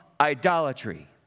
idolatry